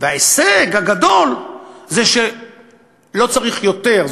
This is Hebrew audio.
וההישג הגדול זה שלא צריך יותר,